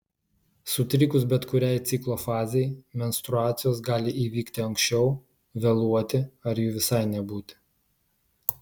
sutrikus bet kuriai ciklo fazei menstruacijos gali įvykti anksčiau vėluoti ar jų visai nebūti